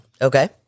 Okay